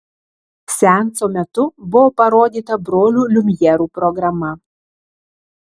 seanso metu buvo parodyta brolių liumjerų programa